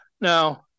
Now